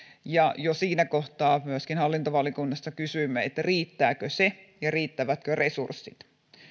ja jo siinä kohtaa myöskin hallintovaliokunnassa kysyimme riittääkö se ja riittävätkö resurssit